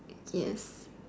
yes